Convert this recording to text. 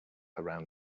around